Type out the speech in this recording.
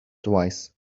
twice